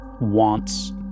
wants